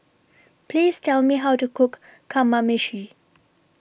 Please Tell Me How to Cook Kamameshi